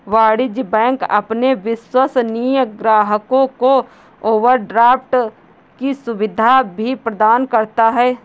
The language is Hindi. वाणिज्य बैंक अपने विश्वसनीय ग्राहकों को ओवरड्राफ्ट की सुविधा भी प्रदान करता है